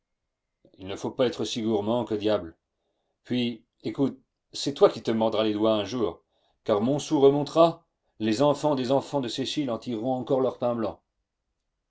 il ne faut pas être si gourmand que diable puis écoute c'est toi qui te mordras les doigts un jour car montsou remontera les enfants des enfants de cécile en tireront encore leur pain blanc